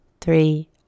Three